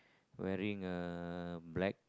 wearing a black